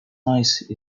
nose